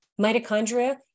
mitochondria